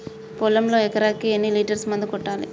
పొలంలో ఎకరాకి ఎన్ని లీటర్స్ మందు కొట్టాలి?